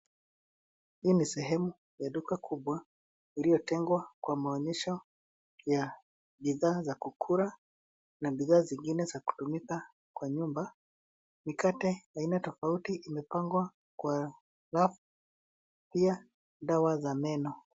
Hii ni sehemu ya duka kubwa iliyotengwa kwa maonyesho ya bidhaa za kukula na bidhaa zingine za kutumika kwa nyumba. Mikate aina tofauti imepangwa kwa rafu. Pia dawa za meno.